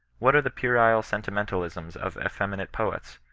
what are the puerile sentimental isms of effeminate poets,